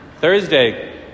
Thursday